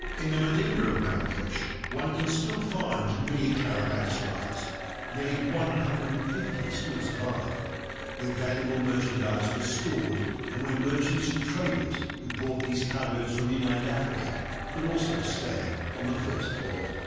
in the medina of marrakesh one can still find many caravans arrives nearly one hundred and fifty still survive where valuable merchandise was stored and where merchants and traders who brought these cargos from inland africa could also stay on the first floor